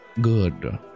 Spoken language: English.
Good